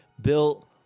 built